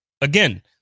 again